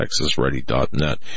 TexasReady.net